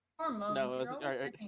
No